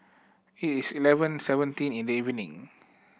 it is eleven seventeen in the evening